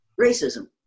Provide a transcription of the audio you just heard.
racism